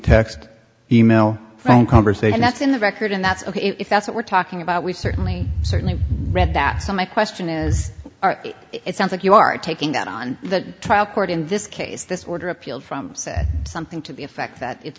text email phone conversation that's in the record and that's ok if that's what we're talking about we certainly certainly read that so my question is it sounds like you are taking that on the trial court in this case this order appealed from say something to the effect that it's